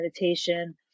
meditation